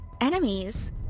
enemies